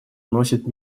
носит